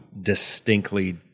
distinctly